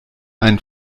einen